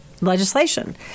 legislation